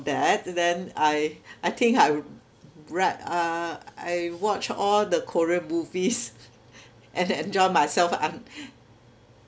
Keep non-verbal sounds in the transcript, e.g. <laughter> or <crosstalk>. that then I I think I read uh I watch all the korean movies <noise> and enjoy myself un~